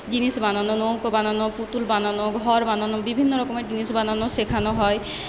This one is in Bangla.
জিনিস বানানো নৌকো বানানো পুতুল বানানো ঘর বানানো বিভিন্ন রকমের জিনিস বানানো শেখানো হয়